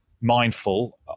mindful